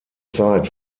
zeit